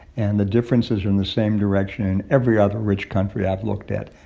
and the difference is in the same direction in every other rich country i've looked at.